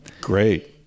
great